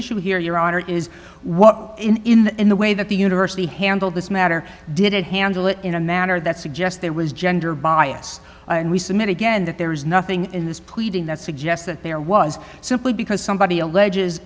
issue here your honor is what in the way that the university handled this matter did it handle it in a manner that suggests there was gender bias and we submit again that there is nothing in this pleading that suggests that there was simply because somebody alleges